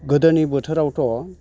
गोदोनि बोथोरावथ'